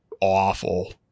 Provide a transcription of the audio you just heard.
awful